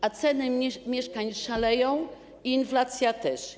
A ceny mieszkań szaleją, inflacja też.